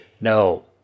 No